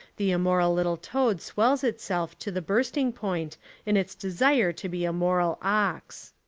the moral little toad swells itself to the bursting point in its desire to be a moral ox.